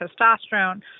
testosterone